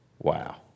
Wow